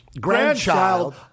grandchild